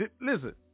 Listen